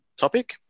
topic